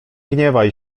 gniewaj